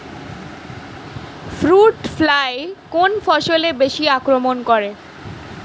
Fruit fly কোন ফসলে বেশি আক্রমন করে?